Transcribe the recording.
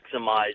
maximize